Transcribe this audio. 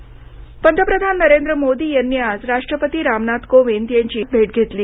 मोदी कोविंद पंतप्रधान नरेंद्र मोदी यांनी आज राष्ट्रपती रामनाथ कोविंद यांची भेट घेतली